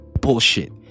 bullshit